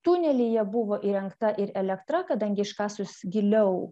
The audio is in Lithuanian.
tunelyje buvo įrengta ir elektra kadangi iškasus giliau